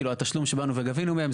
התשלום שגבינו מהם,